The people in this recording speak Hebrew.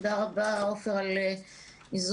תודה רבה עופר על הדיון.